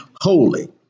holy